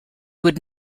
would